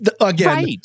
Again